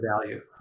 value